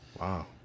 Wow